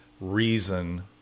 reason